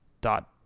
Dot